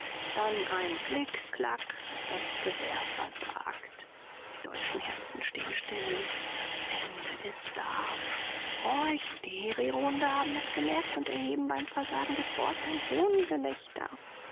dann ein klick knack das gewehr versagt die deutschen herzen stehen still das ende ist da horch die hererohunde haben es gemerkt und erheben beim versagen des rohrs ein